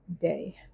day